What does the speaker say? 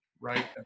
right